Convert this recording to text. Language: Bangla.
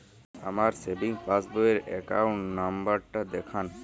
আমার সেভিংস পাসবই র অ্যাকাউন্ট নাম্বার টা দেখান?